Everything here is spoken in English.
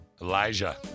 Elijah